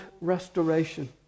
restoration